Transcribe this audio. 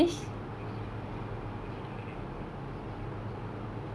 because you cannot over feed you cannot over feed like hydroponic systems also